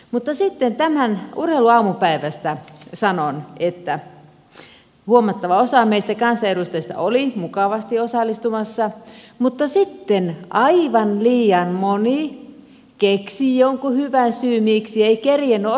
urheiluaamupäivästä sanon tämän että huomattava osa meistä kansanedustajista oli mukavasti osallistumassa mutta sitten aivan liian moni keksi jonkun hyvän syyn miksi ei kerinnyt osallistua